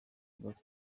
ivuga